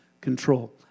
control